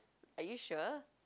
are you sure